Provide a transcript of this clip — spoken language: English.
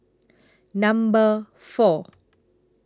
Number four